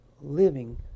living